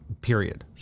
Period